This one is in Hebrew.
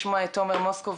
ישיבת עבודה ראשונה.